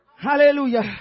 Hallelujah